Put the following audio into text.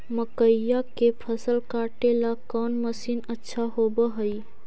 मकइया के फसल काटेला कौन मशीन अच्छा होव हई?